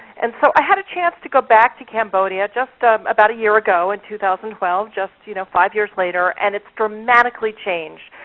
and so i had a chance to go back to cambodia, just um about a year ago in two thousand and just you know five years later, and it's dramatically changed.